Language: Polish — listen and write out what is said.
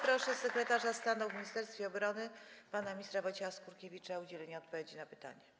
Proszę sekretarza stanu w Ministerstwie Obrony Narodowej pana ministra Wojciecha Skurkiewicza o udzielenie odpowiedzi na pytanie.